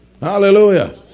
Hallelujah